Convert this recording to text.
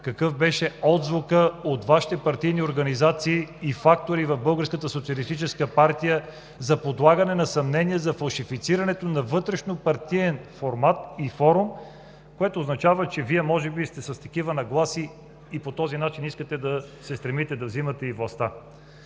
какъв беше отзвукът от Вашите партийни организации и фактори в „Българската социалистическа партия“ за подлагане на съмнение за фалшифицирането на вътрешнопартиен формат и форум. Това означава, че Вие може би сте с такива нагласи и по този начин искате да се стремите да взимате и властта.